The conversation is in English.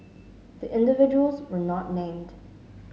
the individuals were not named